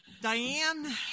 Diane